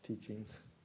teachings